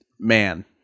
Man